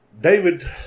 David